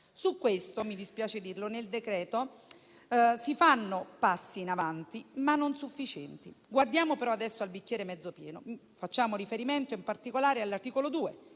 su questo nel decreto-legge si fanno passi in avanti, ma non sufficienti. Guardiamo però adesso al bicchiere mezzo pieno. Facciamo riferimento in particolare all'articolo 2,